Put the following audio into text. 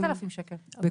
והזעירים.